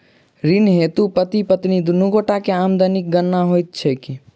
ऋण हेतु पति पत्नी दुनू गोटा केँ आमदनीक गणना होइत की?